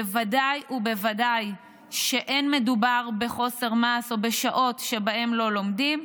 בוודאי ובוודאי שאין מדובר בחוסר מעש או בשעות שבהן לא לומדים,